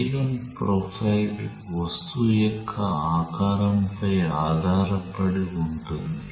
వేగం ప్రొఫైల్ వస్తువు యొక్క ఆకారంపై ఆధారపడి ఉంటుంది